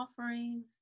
offerings